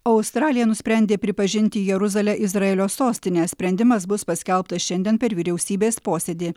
australija nusprendė pripažinti jeruzalę izraelio sostine sprendimas bus paskelbtas šiandien per vyriausybės posėdį